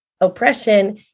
oppression